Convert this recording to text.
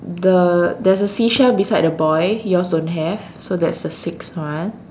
the there's a seashell beside the boy yours don't have so that's the sixth one